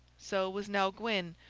so was nell gwyn,